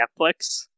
Netflix